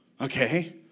okay